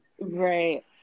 Right